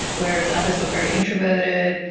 whereas others were very introverted.